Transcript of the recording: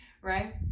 right